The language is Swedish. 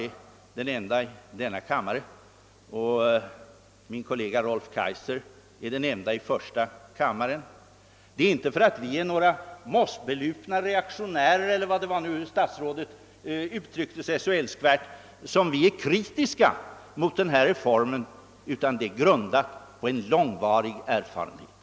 Jag är själv den ende i denna kammare och min kollega Rolf Kaijser den ende i första kammaren. Det är inte på grund av att vi är några mossbelupna reaktionärer — eller hur statsrådet så älskvärt uttryckte sig — som vi är kritiska mot den föreslagna reformen, utan vår inställning är grundad på en långvarig erfarenhet.